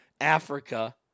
Africa